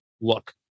look